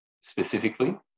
specifically